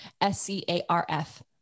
S-C-A-R-F